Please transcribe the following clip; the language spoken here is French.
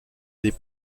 des